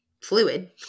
fluid